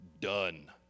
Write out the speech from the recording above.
done